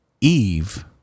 Eve